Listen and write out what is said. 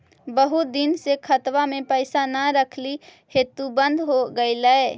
बहुत दिन से खतबा में पैसा न रखली हेतू बन्द हो गेलैय?